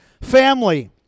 family